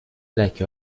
لکه